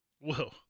Whoa